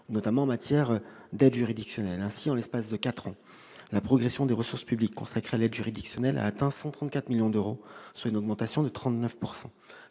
notamment en matière d'aide juridictionnelle. En l'espace de quatre ans, la progression des ressources publiques consacrées à cette dernière a atteint 134 millions d'euros, soit une augmentation de 39 %.